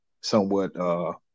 somewhat